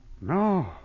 No